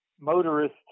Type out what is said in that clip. motorist